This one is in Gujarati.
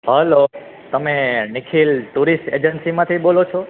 હલો તમે નિખિલ ટુરિસ્ટ એજન્સીમાંથી બોલો છો